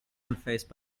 unfazed